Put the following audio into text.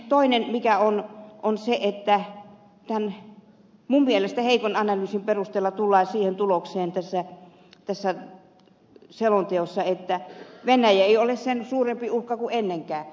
toinen asia on se että tämän minun mielestäni heikon analyysin perusteella tullaan siihen tulokseen tässä selonteossa että venäjä ei ole sen suurempi uhka kuin ennenkään